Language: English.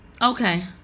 okay